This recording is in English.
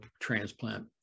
transplant